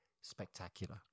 spectacular